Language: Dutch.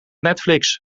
netflix